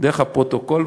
דרך הפרוטוקול,